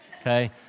Okay